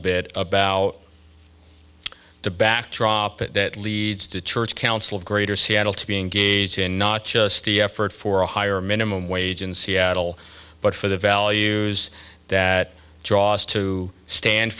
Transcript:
bit about the backdrop that leads to church council of greater seattle to be engaged in not just the effort for a higher minimum wage in seattle but for the values that draws to stand